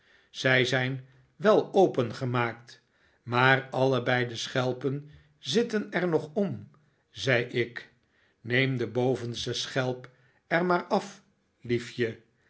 zij zijn wel opengemaakt niaar allebei de schelpen zitten er nog om zei ik neem de bovenste schelp er maar af